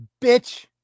Bitch